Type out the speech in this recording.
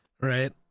Right